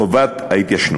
חובת ההתיישנות.